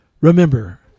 remember